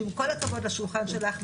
שעם כל הכבוד לשולחן שלך,